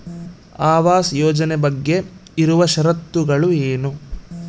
ಆವಾಸ್ ಯೋಜನೆ ಬಗ್ಗೆ ಇರುವ ಶರತ್ತುಗಳು ಏನು?